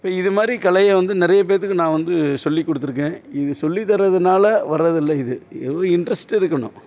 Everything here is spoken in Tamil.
இப்போ இது மாதிரி கலையை வந்து நிறைய பேர்த்துக்கு நான் வந்து சொல்லிக் கொடுத்துருக்கேன் இது சொல்லித் தர்றதனால வர்றதில்லை இது ஏதோ இன்ட்ரெஸ்ட்டு இருக்கணும்